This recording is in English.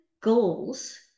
goals